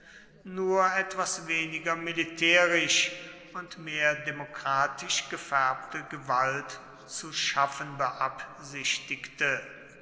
nur etwas weniger militärisch und mehr demokratisch gefärbte gewalt zu schaffen beabsichtigte